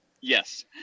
Yes